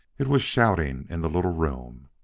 it was shouting in the little room!